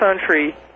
country